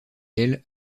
elle